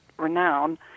renown